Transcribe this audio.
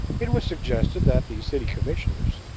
it was suggested that the city commissioners,